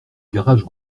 garage